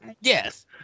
Yes